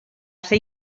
ser